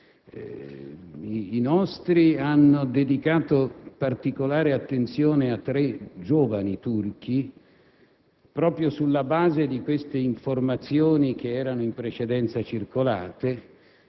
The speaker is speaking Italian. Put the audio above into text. I nostri hanno dedicato particolare attenzione a tre giovani turchi, proprio sulla base delle informazioni che erano in precedenza circolate,